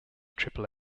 triple